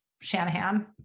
Shanahan